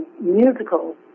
musical